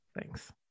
Thanks